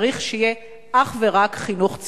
צריך שיהיה אך ורק חינוך ציבורי.